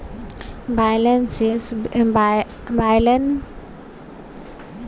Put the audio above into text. balance sheet बित्तीय statement छै जे, संपत्ति, देनदारी आ शेयर हॉल्डरक इक्विटी बताबै छै